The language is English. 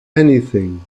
anything